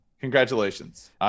Congratulations